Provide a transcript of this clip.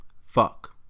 Fuck